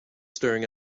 staring